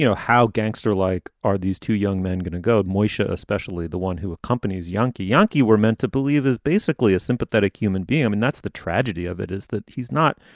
you know how gangster like are these two young men going to go, moesha, especially the one who accompanies yankee yankee, we're meant to believe is basically a sympathetic human being. um and that's the tragedy of it, is that he's not.